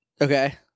Okay